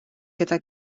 gyda